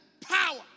power